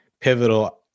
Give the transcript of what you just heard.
pivotal